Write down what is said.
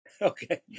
Okay